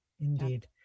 indeed